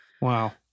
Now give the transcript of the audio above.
Wow